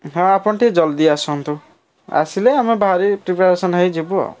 ହଁ ଆପଣ ଟିକେ ଜଲଦି ଆସନ୍ତୁ ଆସିଲେ ଆମେ ବାହରିକି ପ୍ରିପେରେସନ୍ ହୋଇ ଯିବୁ ଆଉ